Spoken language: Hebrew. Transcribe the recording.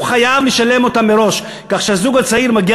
הוא חייב לשלם אותן מראש, כך שכשהזוג הצעיר מגיע